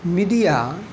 media